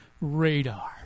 radar